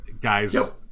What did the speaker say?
guys